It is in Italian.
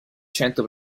cento